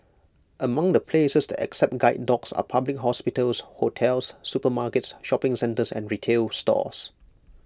among the places that accept guide dogs are public hospitals hotels supermarkets shopping centres and retail stores